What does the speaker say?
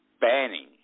Banning